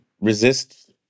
resist